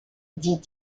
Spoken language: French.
dit